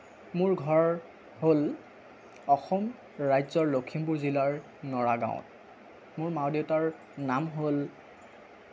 মোৰ ঘৰ হ'ল অসম ৰাজ্যৰ লখিমপুৰ জিলাৰ নৰাগাঁৱত মোৰ মা দেউতাৰ নাম হ'ল